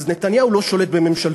אז נתניהו לא שולט בממשלתו.